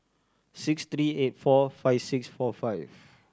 six three eight four five six four five